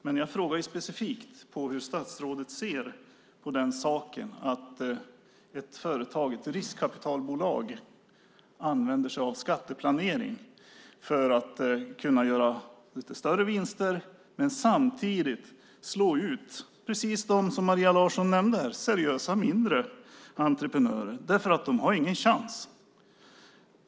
Men jag frågade specifikt hur statsrådet ser på att ett företag, ett riskkapitalbolag, använder sig av skatteplanering för att göra större vinster och samtidigt slå ut dem som Maria Larsson nämnde, seriösa mindre entreprenörer. De har ingen chans.